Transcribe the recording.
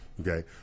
okay